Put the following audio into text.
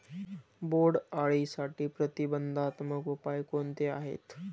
बोंडअळीसाठी प्रतिबंधात्मक उपाय कोणते आहेत?